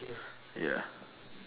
ya